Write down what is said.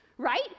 right